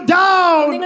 down